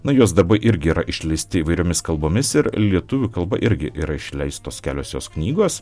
na jos darbai irgi yra išleisti įvairiomis kalbomis ir lietuvių kalba irgi yra išleistos kelios jos knygos